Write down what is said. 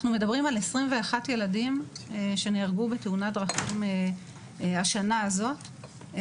אנחנו מדברים על 21 ילדים שנהרגו בתאונות דרכים השנה הזאת.